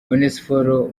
onesphore